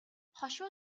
хошуу